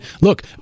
look